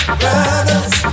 brothers